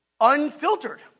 unfiltered